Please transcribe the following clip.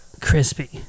crispy